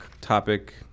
topic